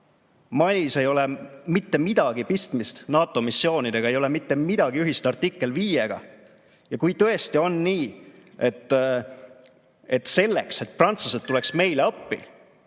Malis ei ole mitte midagi pistmist NATO missioonidega, ei ole mitte midagi ühist artikkel 5‑ga. Ja kui tõesti on nii, et selleks, et prantslased tuleks meile appi,